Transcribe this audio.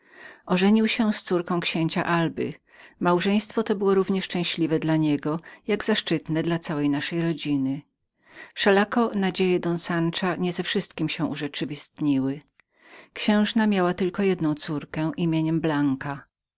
ożenił się był z córką księcia alby małżeństwo to było równie dla niego szczęśliwem jak zaszczytnem dla całego naszego domu wszelako nadzieje don sansza nie ze wszystkiem się urzeczywistniły księżna miała tylko jedną córkę nazwiskiem blankę